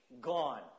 Gone